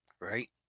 right